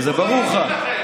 הרי זה ברור לך.